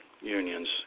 unions